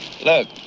Look